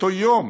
ובאותו יום